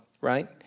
right